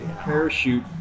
parachute